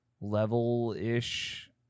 level-ish